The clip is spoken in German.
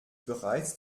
bereits